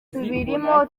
tubirimo